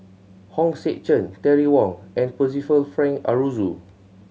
Hong Sek Chern Terry Wong and Percival Frank Aroozoo